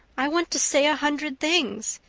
i want to say a hundred things,